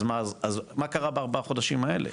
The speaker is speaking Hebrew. אז מה קרה בארבעה חודשים האלה?